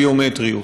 ביומטריים.